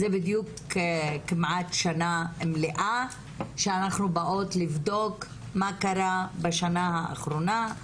זה בדיוק כמעט שנה מלאה שאנחנו באות לבדוק מה קרה בשנה האחרונה,